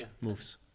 moves